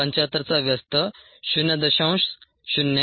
75 चा व्यस्त 0